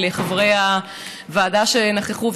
ולחברי הוועדה שנכחו,